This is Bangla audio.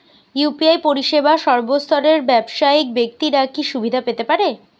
ইউ.পি.আই পরিসেবা সর্বস্তরের ব্যাবসায়িক ব্যাক্তিরা কি সুবিধা পেতে পারে?